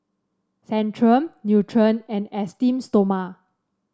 Centrum Nutren and Esteem Stoma